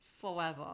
forever